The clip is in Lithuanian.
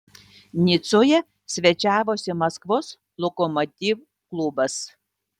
nicoje svečiavosi maskvos lokomotiv klubas